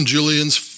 Julian's